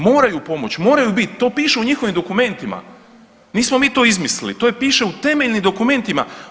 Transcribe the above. Moraju pomoći, moraju bit, to piše u njihovim dokumentima, nismo mi to izmislili, to piše u temeljnim dokumentima.